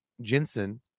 Jensen